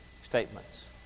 statements